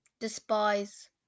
despise